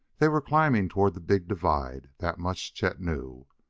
they were climbing toward the big divide, that much chet knew.